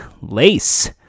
Lace